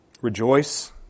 rejoice